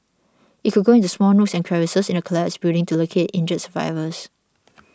it could go into small nooks and crevices in a collapsed building to locate injured survivors